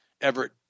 Everett